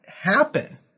happen